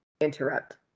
interrupt